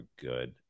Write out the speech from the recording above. good